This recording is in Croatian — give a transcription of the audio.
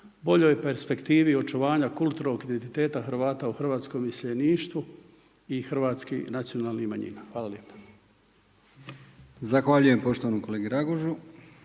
boljoj perspektivi i očuvanja kulturnog identiteta Hrvata u hrvatskom iseljeništvu i hrvatskih nacionalnih manjina. Hvala lijepo.